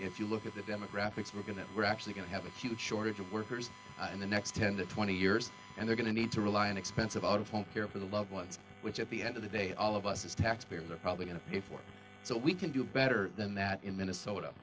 if you look at the demographics we're going to we're actually going to have a few short of workers in the next ten to twenty years and they're going to need to rely on expensive out of home care for the loved ones which at the end of the day all of us as taxpayers are probably going to pay for it so we can do better than that in minnesota